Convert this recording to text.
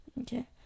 Okay